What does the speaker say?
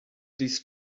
these